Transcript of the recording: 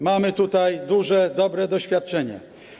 Mamy tutaj duże i dobre doświadczenia.